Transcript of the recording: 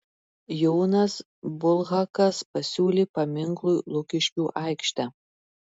jonas bulhakas pasiūlė paminklui lukiškių aikštę